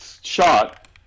shot